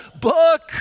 book